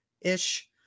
ish